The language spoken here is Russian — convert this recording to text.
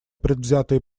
предвзятые